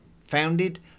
founded